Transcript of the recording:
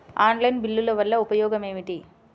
Online బిల్లుల వల్ల ఉపయోగమేమిటీ?